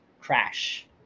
crash